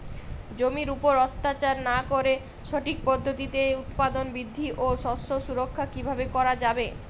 জমির উপর অত্যাচার না করে সঠিক পদ্ধতিতে উৎপাদন বৃদ্ধি ও শস্য সুরক্ষা কীভাবে করা যাবে?